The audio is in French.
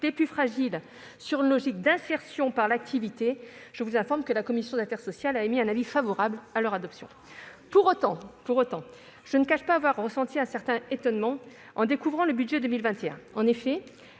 les plus fragiles sur une logique d'insertion par l'activité, je vous indique que la commission des affaires sociales a émis sur les crédits un avis favorable. Pour autant, je ne cache pas avoir ressenti un certain étonnement en découvrant ce budget. En effet,